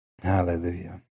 Hallelujah